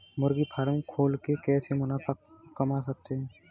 मुर्गी फार्म खोल के कैसे मुनाफा कमा सकते हैं?